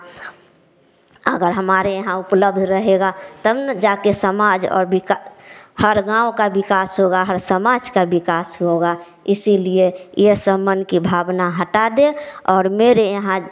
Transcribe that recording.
अगर हमारे यहाँ उपलब्ध रहेगा तब न जाकर सामाज और बिका हर गाँव का विकास होगा हर समाज का विकास होगा इसीलिए यह सब मन की भावना हटा दे और मेरे यहाँ